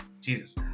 Jesus